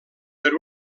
per